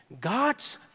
God's